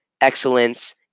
excellence